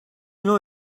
know